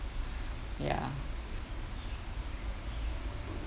ya